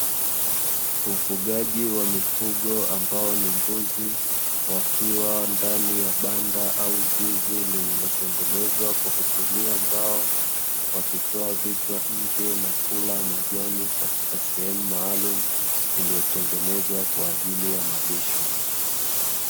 Ufugaji wa mifugo ambao ni mbuzi, wakiwa ndani ya banda au zizi lililotengenezwa kwa kutumia mbao, wakitoa vichwa nje na kula majani katika sehemu maalamu lililotengenezwa kwa ajili ya malisho.